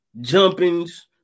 jumpings